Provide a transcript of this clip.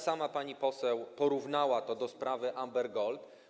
Sama pani poseł porównała to do sprawy Amber Gold.